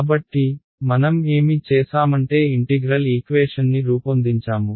కాబట్టి మనం ఏమి చేసామంటే ఇంటిగ్రల్ ఈక్వేషన్ని రూపొందించాము